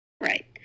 right